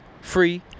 free